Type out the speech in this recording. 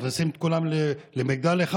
מכניסים את כולם למגדל אחד.